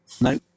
No